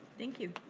thank you.